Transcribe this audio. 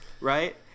Right